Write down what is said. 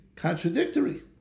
contradictory